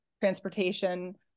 transportation